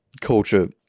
culture